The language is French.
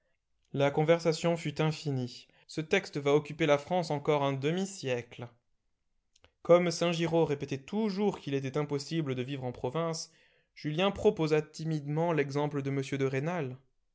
la conversation fut infinie ce texte va occuper la france encore un demi-siècle comme saint giraud répétait toujours qu'il était impossible de vivre en province julien proposa timidement l'exemple de m de rênal